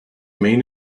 main